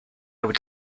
would